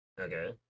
Okay